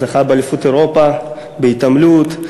שזכה באליפות אירופה בהתעמלות,